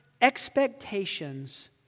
expectations